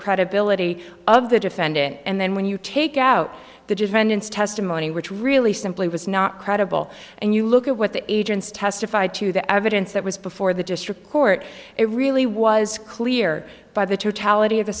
credibility of the defendant and then when you take out the defendant's testimony which really simply was not credible and you look at what the agents testified to the evidence that was before the district court it really was clear by the t